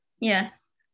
Yes